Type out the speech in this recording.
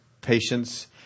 patience